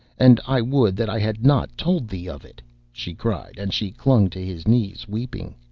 and i would that i had not told thee of it she cried, and she clung to his knees weeping.